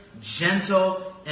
gentle